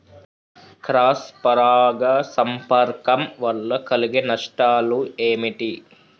Cross పరాగ సంపర్కం వల్ల కలిగే నష్టాలు ఏమిటి?